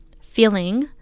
feeling